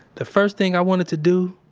the first thing i wanted to do,